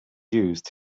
used